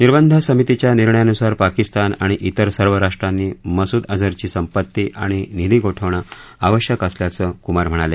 निर्बंध समितीच्या निर्णयानुसार पाकिस्तान आणि त्विर सर्व राष्ट्रांनी मसूद अजहरची संपत्ती आणि निधी गोठवणं आवश्यक असल्याचं कुमार म्हणाले